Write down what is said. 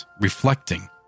reflecting